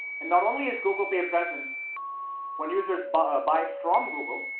and not only is google pay present when users but buy from google,